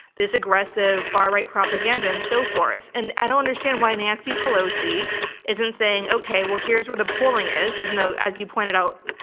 aggressive far-right propaganda, and so forth. and i don't understand why nancy pelosi isn't saying, okay, well here's where the polling is. even though, as you pointed out,